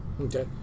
Okay